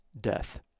death